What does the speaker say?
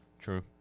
True